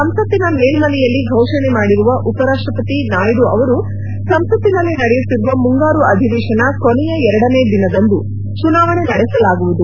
ಸಂಸತ್ತಿನ ಮೇಲ್ಸನೆಯಲ್ಲಿ ಘೋಷಣೆ ಮಾಡಿರುವ ಉಪ ರಾಷ್ಷಪತಿ ನಾಯ್ಡು ಅವರು ಸಂಸತ್ತಿನಲ್ಲಿ ನಡೆಯುತ್ತಿರುವ ಮುಂಗಾರು ಅಧಿವೇಶನ ಕೊನೆಯ ಎರಡನೇ ದಿನದಂದು ಚುನಾವಣೆ ನಡೆಸಲಾಗುವುದು